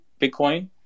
Bitcoin